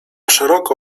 szeroko